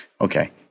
Okay